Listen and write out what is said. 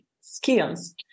skills